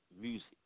music